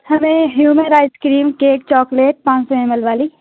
ہمیں ہیمر ice cream cake chocolate پانچ سو ایم ایل والی